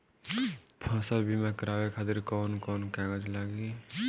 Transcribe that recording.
फसल बीमा करावे खातिर कवन कवन कागज लगी?